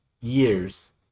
years